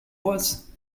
was